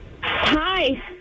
hi